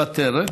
מוותרת.